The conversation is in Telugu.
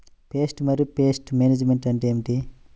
పెస్ట్ మరియు పెస్ట్ మేనేజ్మెంట్ అంటే ఏమిటి?